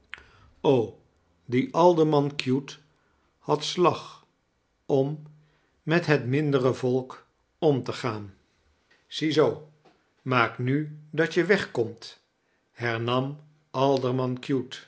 die alderman cute had slag om met het mindere volk om te gaan ziezoo maak nu dat je wegkomt hernam